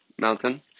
mountain